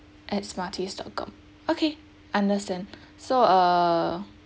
at smarties dot com okay understand so err